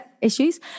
issues